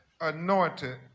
anointed